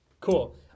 Cool